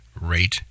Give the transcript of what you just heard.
rate